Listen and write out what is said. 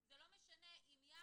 כי זה לא משנה אם י',